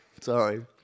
sorry